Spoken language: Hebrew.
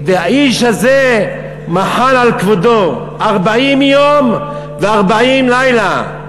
והאיש הזה מחל על כבודו ארבעים יום וארבעים לילה,